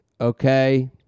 okay